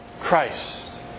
Christ